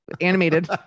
Animated